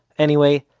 anyway,